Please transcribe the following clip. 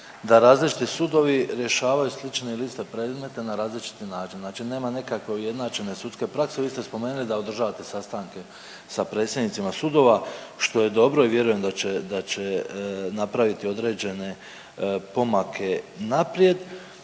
da različiti sudovi rješavaju slične ili iste predmete na različiti način, nema neke ujednačene sudske prakse. Vi ste spomenuli da održavate sastanke sa predsjednicima sudova što je dobro i vjerujem da će napraviti određene pomake naprijed.